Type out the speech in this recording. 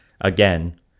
again